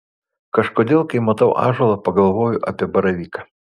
kažkodėl kai matau ąžuolą pagalvoju apie baravyką